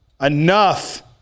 Enough